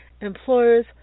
employers